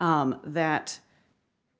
and that